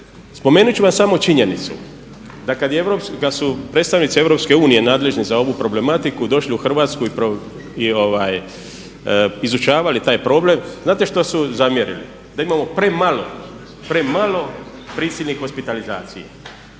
Spomenuti ću vam samo činjenicu da kada su predstavnici Europske unije nadležni za ovu problematiku došli u Hrvatsku i izučavali taj problem znate što su zamjerili da imamo premalo prisilnih hospitalizacija.